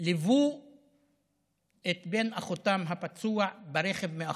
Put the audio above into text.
ליוו את בן אחותם הפצוע ברכב מאחור.